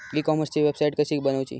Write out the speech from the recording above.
E कॉमर्सची website कशी बनवची?